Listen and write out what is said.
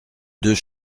deux